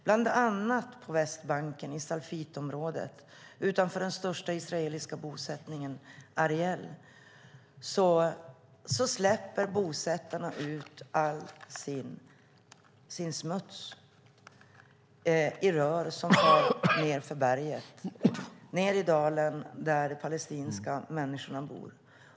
Bland annat på Västbanken, i Salfitområdet utanför den största israeliska bosättningen Ariel, släpper bosättarna ut all sin smuts i rör nedför berget och ned i dalen där de palestinska människorna bor.